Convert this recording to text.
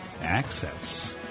access